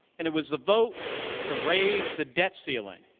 and it was the vote to raise the debt ceiling.